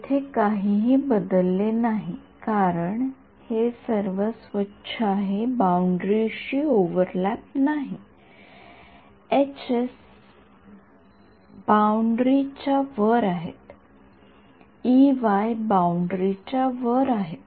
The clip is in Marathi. येथे काहीही बदलले नाही कारण हे सर्व स्वच्छ आहे बाउंडरीशी ओव्हरलॅप नाही एच बाउंडरी च्या वर आहेत बाउंडरी च्या वर आहेत